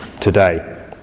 today